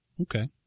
Okay